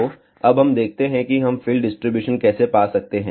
तो अब हम देखते हैं कि हम फील्ड डिस्ट्रीब्यूशन कैसे पा सकते हैं